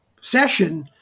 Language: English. session